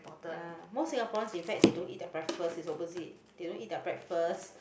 ya most Singaporean in fact they don't eat their breakfast is opposite they don't eat their breakfast